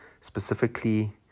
specifically